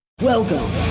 Welcome